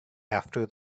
after